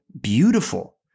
beautiful